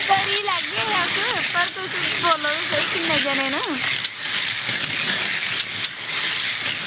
करी ते लैगे अस पर तुस बोल्लो किन्ने जनें न